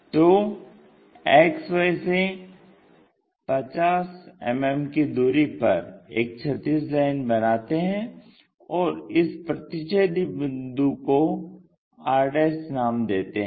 तो XY से 50 मिमी की दूरी पर एक क्षैतिज लाइन बनाते हैं और इस प्रतिच्छेदी बिंदु को r नाम देते हैं